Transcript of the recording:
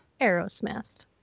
aerosmith